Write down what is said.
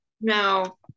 No